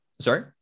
sorry